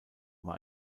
war